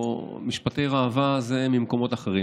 משפטי ראווה זה ממקומות אחרים.